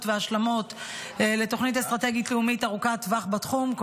וההשלמות לתוכנית אסטרטגית לאומית ארוכת טווח בתחום,